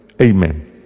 Amen